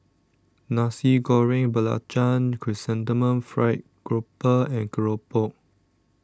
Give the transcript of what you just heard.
Nasi Goreng Belacan Chrysanthemum Fried Grouper and Keropok